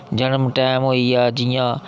जनम टैम होई गेआ जि'यां